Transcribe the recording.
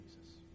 Jesus